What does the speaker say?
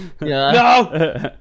No